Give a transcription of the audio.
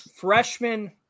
Freshman